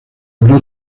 habrá